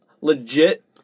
legit